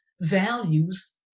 values